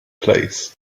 place